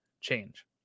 change